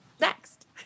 Next